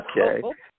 Okay